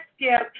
Skip